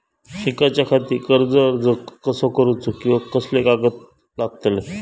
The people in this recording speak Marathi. शिकाच्याखाती कर्ज अर्ज कसो करुचो कीवा कसले कागद लागतले?